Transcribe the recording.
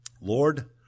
Lord